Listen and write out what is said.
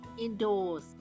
indoors